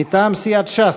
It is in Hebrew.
מטעם סיעת ש"ס: